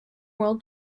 world